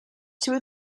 two